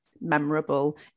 memorable